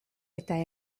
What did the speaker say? eta